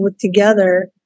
together